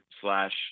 slash